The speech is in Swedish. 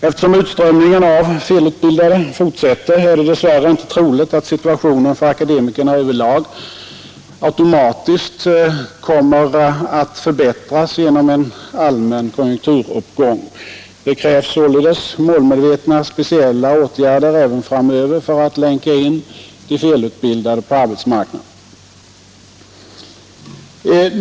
Eftersom utströmningen av felutbildade fortsätter är det dessvärre inte troligt att situationen för akademikerna över lag automatiskt kommer att förbättras genom en allmän konjunkturuppgång. Det krävs således målmedvetna speciella åtgärder även framöver för att länka in de felutbildade på arbetsmarknaden.